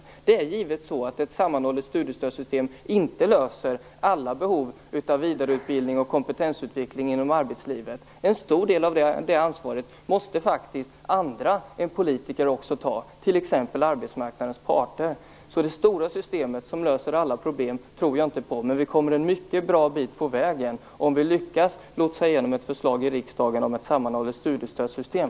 Det är givetvis så, att ett sammanhållet studiestödssystem inte löser alla behov av vidareutbildning och kompetensutveckling inom arbetslivet. En stor del av det ansvaret måste faktiskt andra än vi politiker ta, t.ex. arbetsmarknadens parter. Det stora systemet som löser alla problem tror jag inte på, men vi kommer en mycket bra bit på vägen om vi lyckas - låt säga genom ett förslag i riksdagen om ett sammanhållet studiestödssystem.